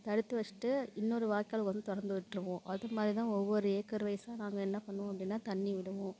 தடுத்து வச்சிவிட்டு இன்னொரு வாய்க்காலை வந்து திறந்து விட்டுருவோம் அது மாதிரி தான் ஒவ்வொரு ஏக்கர் வைஸாக நாங்கள் என்ன பண்ணுவோம் அப்படின்னா தண்ணி விடுவோம்